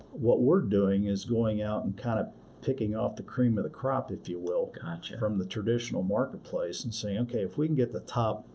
what we're doing is going out and kind of picking off the cream of the crop, if you will, from the traditional marketplace and saying, okay, if we can get the top,